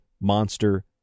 monster